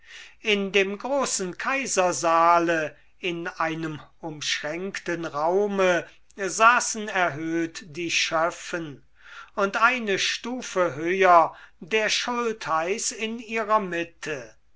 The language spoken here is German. in dem großen kaisersaale in einem umschränkten raume saßen erhöht die schöffen und eine stufe höher der schultheiß in ihrer mitte